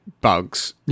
Bugs